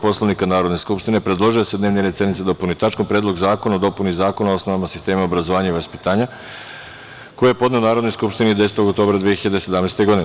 Poslovnika Narodne skupštine, predložio je da se dnevni red sednice dopuni tačkom – Predlog zakona o dopuni Zakona o osnovama sistema obrazovanja i vaspitanja, koji je podneo Narodnoj skupštini 10. oktobra 2017. godine.